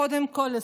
וקודם כול,